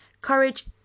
Courage